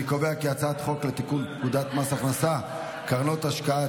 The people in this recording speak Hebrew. אני קובע כי הצעת חוק לתיקון פקודת מס הכנסה (קרנות השקעה),